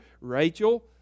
Rachel